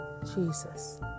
Jesus